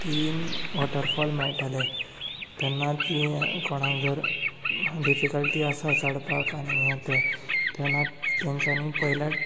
तीन वॉटरफॉल मेळटले तेन्ना ती कोणाक जर डीफिकल्टी आसा चडपाक आनी हें तें तेन्ना तांच्यानी पयलींच